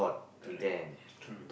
correct is true